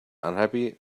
unhappy